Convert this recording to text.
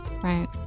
right